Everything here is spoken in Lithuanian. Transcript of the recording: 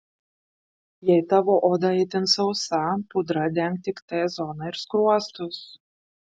jei tavo oda itin sausa pudra denk tik t zoną ir skruostus